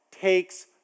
takes